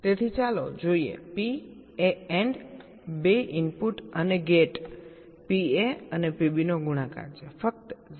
તેથી ચાલો જોઈએ P એ AND બે ઇનપુટ અને ગેટ PA અને PB નો ગુણાકાર છે ફક્ત 0